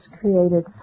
created